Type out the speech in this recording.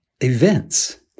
events